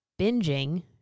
binging